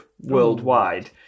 worldwide